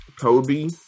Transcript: Kobe